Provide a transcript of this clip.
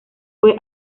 fue